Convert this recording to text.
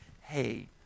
hey